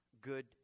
good